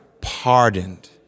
pardoned